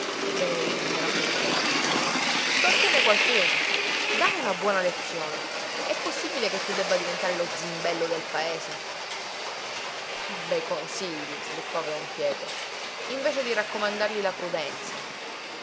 sguajati venerina n'era furibonda storpiane qualcuno da una buona lezione è possibile che tu debba diventare lo zimbello del paese bei consigli sbuffava don pietro invece di raccomandargli la prudenza